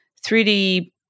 3d